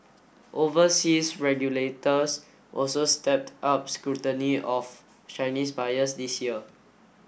overseas regulators also stepped up scrutiny of Chinese buyers this year